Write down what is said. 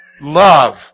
love